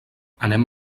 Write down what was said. anem